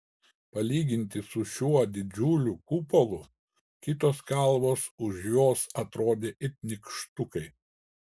palyginti su šiuo didžiuliu kupolu kitos kalvos už jos atrodė it nykštukai